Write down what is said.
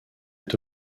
est